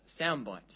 soundbite